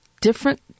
different